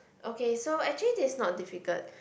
okay so actually this is not difficult